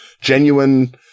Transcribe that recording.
genuine